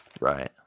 right